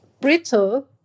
brittle